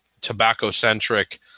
tobacco-centric